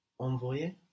Envoyer